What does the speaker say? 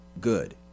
good